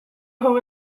who